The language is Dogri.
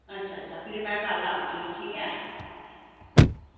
अच्छा अच्छा फिर में कल आह्गी ठीक ऐ